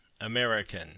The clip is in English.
American